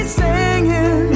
singing